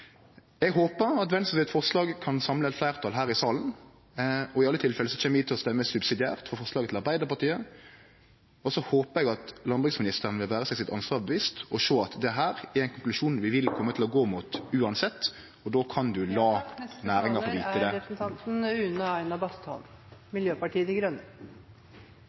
Eg håper at Venstres forslag kan samle eit fleirtal her i salen. I alle tilfelle kjem vi til å stemme subsidiært for forslaget til Arbeidarpartiet. Så håper eg at landbruksministeren vil vere seg sitt ansvar bevisst og sjå at dette er ein konklusjon vi kjem til å gå mot uansett, og då kan ho late næringa få vite det.